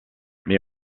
mais